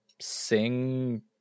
sing